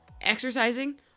exercising